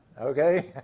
Okay